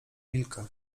wilka